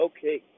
Okay